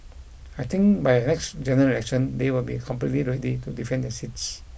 I think by the next generation they will be completely ready to defend their seats